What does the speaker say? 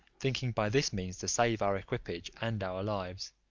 thinking by this means to save our equipage and our lives